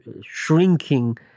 shrinking